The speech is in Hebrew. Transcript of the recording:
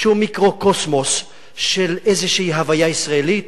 שהוא מיקרוקוסמוס של איזושהי הוויה ישראלית,